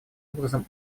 образом